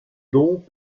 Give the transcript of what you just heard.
dons